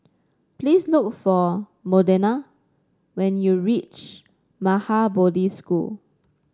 please look for Modena when you reach Maha Bodhi School